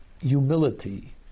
humility